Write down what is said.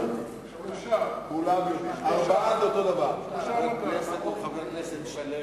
מצב החירום נמשך אצלנו כמה שנים,